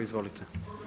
Izvolite.